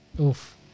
Oof